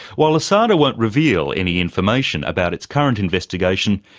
while asada won't reveal any information about its current investigation,